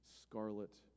scarlet